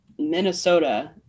Minnesota